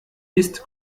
ist